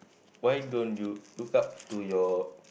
why don't you look up to your